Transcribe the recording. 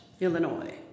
Illinois